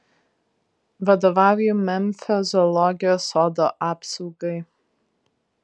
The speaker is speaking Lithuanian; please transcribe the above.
vadovauju memfio zoologijos sodo apsaugai